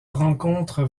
rencontre